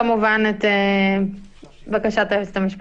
כמובן, את בקשת היועצת המשפטית.